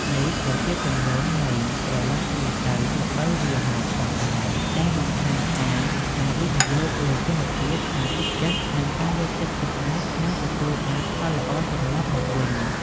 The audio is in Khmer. នេះក៏ជាទម្រង់នៃ "ត្រឡាចវារទៅ ល្ពៅវារមក" ផងដែរ ដែលបង្ហាញថាការវិនិយោគលើគុណភាព ការទុកចិត្ត និងការយកចិត្តទុកដាក់នឹងទទួលបានផលល្អត្រឡប់មកវិញ។